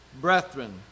brethren